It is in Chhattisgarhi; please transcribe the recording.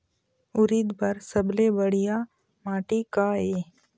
उरीद बर सबले बढ़िया माटी का ये?